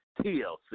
TLC